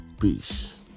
Peace